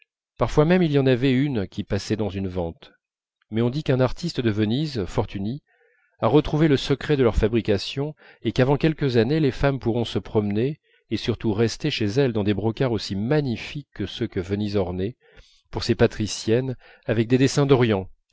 parfois même il y en avait une qui passait dans une vente mais on dit qu'un artiste de venise fortuny a retrouvé le secret de leur fabrication et qu'avant quelques années les femmes pourront se promener et surtout rester chez elles dans des brocarts aussi magnifiques que ceux que venise ornait pour ses patriciennes avec des dessins d'orient